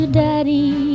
daddy